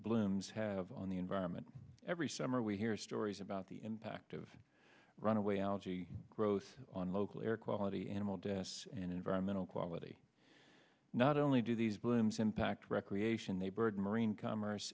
blooms have on the environment every summer we hear stories about the impact of runaway algae growth on local air quality animal tests and environmental quality not only do these blooms impact recreation the bird marine commerce